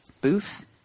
booth